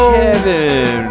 Kevin